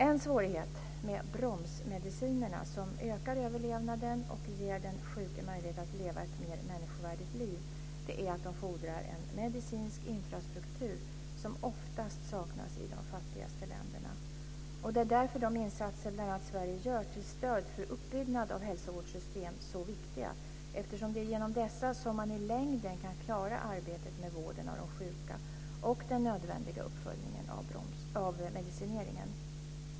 En svårighet med bromsmedicinerna, som ökar överlevnaden och ger den sjuke möjlighet att leva ett mer människovärdigt liv, är att de fordrar en medicinsk infrastruktur som oftast saknas i de fattigaste länderna. Det är därför de insatser bl.a. Sverige gör till stöd för uppbyggnad av hälsovårdssystem är så viktiga, eftersom det är genom dessa som man i längden kan klara arbetet med vården av de sjuka och den nödvändiga uppföljningen av medicineringen.